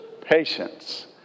Patience